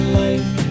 life